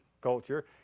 culture